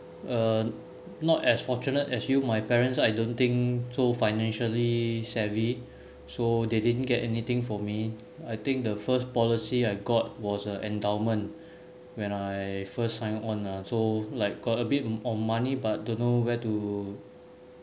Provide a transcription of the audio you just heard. uh not as fortunate as you my parents I don't think so financially savvy so they didn't get anything for me I think the first policy I got was a endowment when I first signed on lah so like got a bit of money but don't know where to